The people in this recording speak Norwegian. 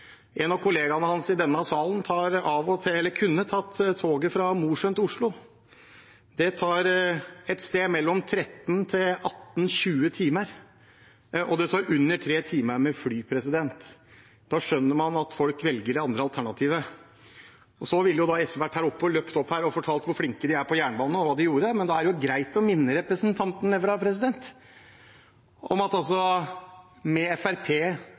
En av kollegaene hans i denne salen kunne tatt toget fra Mosjøen til Oslo. Det tar et sted mellom 13 og 18–20 timer, og det tar under 3 timer med fly. Da skjønner man at folk velger det andre alternativet. Så ville jo SV løpt opp her og fortalt hvor flinke de er på jernbane, og hva de gjorde, men da er det greit å minne representanten Nævra om at med Fremskrittspartiet i samferdselsstolen og med denne regjeringen har man økt jernbanebevilgningene med tre ganger det de rød-grønne klarte. Det viser altså